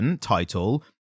title